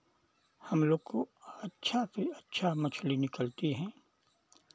हम लोग को अच्छा से अच्छा मछली निकलती हैं